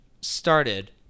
started